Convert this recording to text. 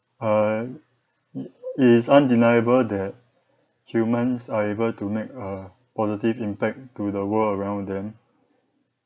uh it is undeniable that humans are able to make a positive impact to the world around them